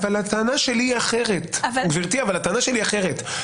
אבל גבירתי, הטענה שלי היא אחרת.